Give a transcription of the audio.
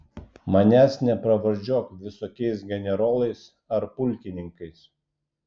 manęs nepravardžiuok visokiais generolais ar pulkininkais